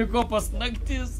į kopas naktis